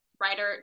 writer